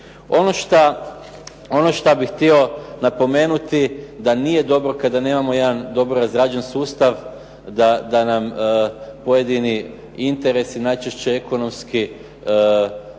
Ono šta bih htio napomenuti, da nije dobro kada nemamo jedan dobro razrađen sustav da nam pojedini interesi, najčešće ekonomski,